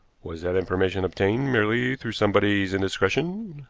was that information obtained merely through somebody's indiscretion?